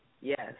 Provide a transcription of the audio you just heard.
Yes